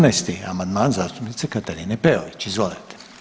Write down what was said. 14. amandman zastupnice Katarine Peović, izvolite.